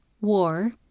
war